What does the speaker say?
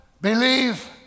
believe